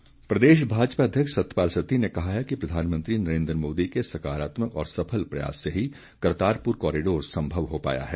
सत्ती प्रदेश भाजपा अध्यक्ष सतपाल सत्ती ने कहा है कि प्रधानमंत्री नरेन्द्र मोदी के सकारात्मक और सफल प्रयास से ही करतारपुर कॉरिडोर संभव हो पाया है